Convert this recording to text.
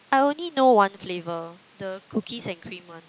I only know one flavor the cookies and cream one